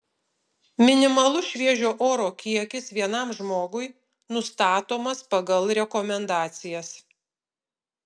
minimalus šviežio oro kiekis vienam žmogui nustatomas pagal rekomendacijas